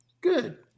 Good